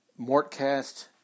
Mortcast